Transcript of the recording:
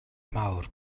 mawr